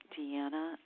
Deanna